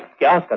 gang.